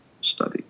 study